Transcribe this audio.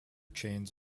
chains